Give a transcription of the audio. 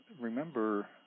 remember